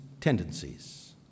tendencies